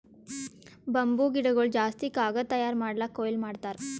bamboo ಗಿಡಗೊಳ್ ಜಾಸ್ತಿ ಕಾಗದ್ ತಯಾರ್ ಮಾಡ್ಲಕ್ಕೆ ಕೊಯ್ಲಿ ಮಾಡ್ತಾರ್